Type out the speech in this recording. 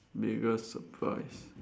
bigger surprise